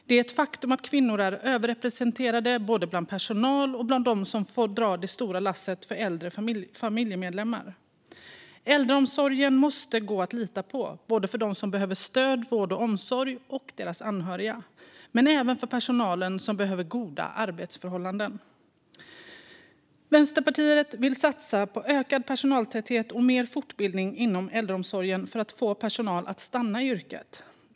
Det är ett faktum att kvinnor är överrepresenterade bland både personal och dem som får dra det stora lasset för att ta hand om äldre familjemedlemmar. Äldreomsorgen måste gå att lita på, för både dem som behöver stöd, vård och omsorg och deras anhöriga. Det gäller även personalen, som behöver ha goda arbetsförhållanden. Vänsterpartiet vill satsa på ökad personaltäthet och mer fortbildning inom äldreomsorgen för att få personal att stanna i yrket.